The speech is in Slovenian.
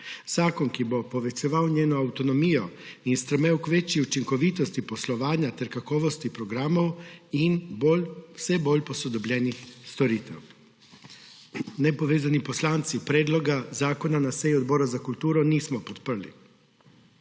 Zakon, ki bo povečeval njeno avtonomijo in stremel k večji učinkovitosti poslovanja ter kakovosti programov in vse bolj posodobljenih storitev. Nepovezani poslanci predloga zakona na seji Odbora za kulturo nismo podprli.